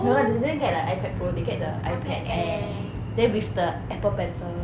no lah they didn't get like ipad pro they get the ipad air then with the Apple pencil I asked to race you the home button